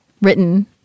written